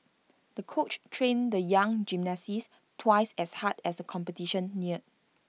the coach trained the young gymnast twice as hard as the competition neared